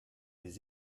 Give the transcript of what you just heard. les